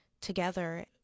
together